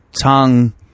tongue